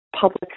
public